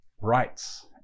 rights